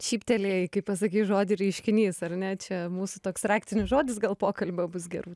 šyptelėjai kai pasakei žodį reiškinys ar ne čia mūsų toks raktinis žodis gal pokalbio bus gerūt